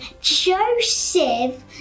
Joseph